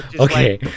okay